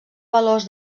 valors